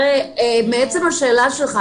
מעצם השאלה שלך,